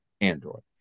android